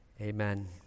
Amen